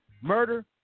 murder